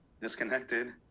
disconnected